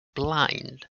blind